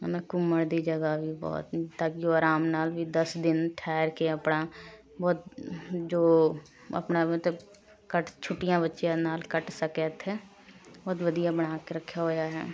ਹੈ ਨਾਂ ਘੁੰਮਣ ਦੀ ਜਗ੍ਹਾ ਵੀ ਬਹੁਤ ਤਾਂਕਿ ਉਹ ਅਰਾਮ ਨਾਲ਼ ਵੀ ਦਸ ਦਿਨ ਠਹਿਰ ਕੇ ਆਪਣਾ ਬਹੁਤ ਜੋ ਆਪਣਾ ਮਤਲਬ ਘੱਟ ਛੁੱਟੀਆਂ ਬੱਚਿਆਂ ਨਾਲ਼ ਕੱਟ ਸਕੇ ਇੱਥੇ ਬਹੁਤ ਵਧੀਆ ਬਣਾ ਕੇ ਰੱਖਿਆ ਹੋਇਆ ਹੈ